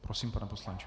Prosím, pane poslanče.